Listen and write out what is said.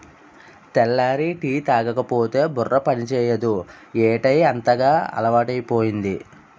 తెల్లారి టీ తాగకపోతే బుర్ర పనిచేయదు ఏటౌ అంతగా అలవాటైపోయింది